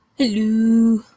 Hello